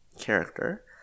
character